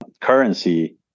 currency